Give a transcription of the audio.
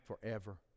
forever